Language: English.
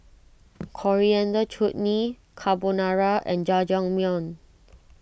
Coriander Chutney Carbonara and Jajangmyeon